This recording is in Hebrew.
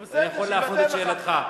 אני יכול להפנות את שאלתך.